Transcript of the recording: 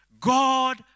God